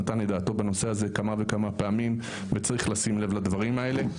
נתן את דעתו בנושא הזה כמה וכמה פעמים וצריך לשים לב לדברים האלה.